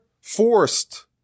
forced